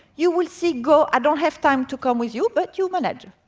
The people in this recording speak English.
you will see, go, i don't have time to come with you, but you'll manage.